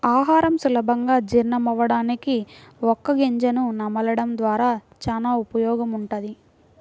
ఆహారం సులభంగా జీర్ణమవ్వడానికి వక్క గింజను నమలడం ద్వారా చానా ఉపయోగముంటది